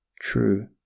true